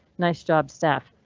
nice job staff.